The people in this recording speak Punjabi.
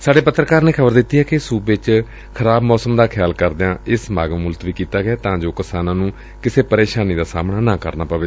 ਸਾਡੇ ਪੱਤਰਕਾਰ ਨੇ ਖ਼ਬਰ ਦਿੱਤੀ ਏ ਕਿ ਸੁਬੇ ਚ ਖਰਾਬ ਮੌਸਮ ਦਾ ਖਿਆਲ ਕਰਦਿਆਂ ਇਹ ਸਮਾਗਮ ਮੁਲਤਵੀ ਕੀਤਾ ਗਿਐ ਤਾਂ ਜੋ ਕਿਸਾਨਾਂ ਨੂੰ ਕਿਸੇ ਪ੍ਰੇਸ਼ਾਨੀ ਦਾ ਸਾਹਮਣਾ ਨਾ ਕਰਨਾ ਪਵੇ